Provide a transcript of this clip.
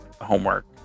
homework